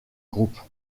groupe